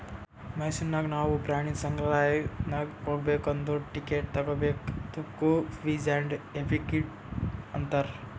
ಮೈಸೂರ್ ನಾಗ್ ನಾವು ಪ್ರಾಣಿ ಸಂಗ್ರಾಲಯ್ ನಾಗ್ ಹೋಗ್ಬೇಕ್ ಅಂದುರ್ ಟಿಕೆಟ್ ತಗೋಬೇಕ್ ಅದ್ದುಕ ಫೀಸ್ ಆ್ಯಂಡ್ ಎಫೆಕ್ಟಿವ್ ಅಂತಾರ್